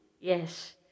yes